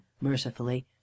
mercifully